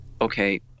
okay